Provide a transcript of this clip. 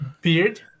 beard